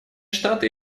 штаты